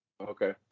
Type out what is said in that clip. Okay